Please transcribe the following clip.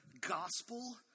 gospel